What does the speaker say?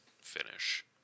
finish